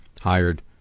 hired